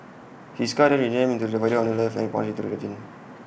his car then rammed into the divider on the left and plunged to the ravine